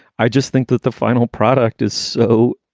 i just think that the final product is so